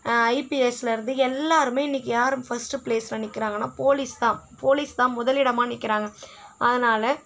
ஐபிஎஸ்லருந்து எல்லாருமே இன்னைக்கு யாரும் ஃபர்ஸ்ட்டு பிளேஸில் நிற்கிறாங்கன்னா போலீஸ் தான் போலீஸ் தான் முதலிடமாக நிற்கிறாங்க அதனால்